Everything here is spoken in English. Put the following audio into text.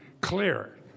clear